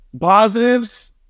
Positives